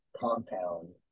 compound